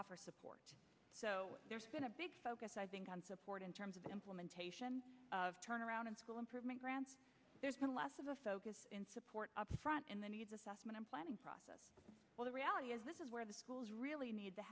offer support there's going to big focus i think on support in terms of implementation of turnaround in school improvement grants there's been less of a focus in support upfront in the needs assessment and planning process well the reality is this is where the schools really need t